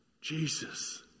Jesus